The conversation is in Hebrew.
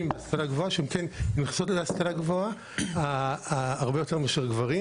בהשכלה גבוהה שהן כן נכנסות להשכלה גבוה הרבה יותר מאשר גברים,